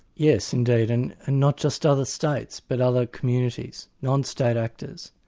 yes, indeed, and and not just other states, but other communities, non-state actors.